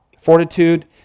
Fortitude